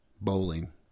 Bowling